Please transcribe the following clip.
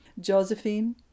Josephine